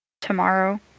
tomorrow